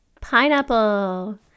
Pineapple